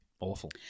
Awful